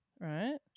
Right